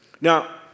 Now